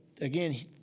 again